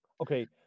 okay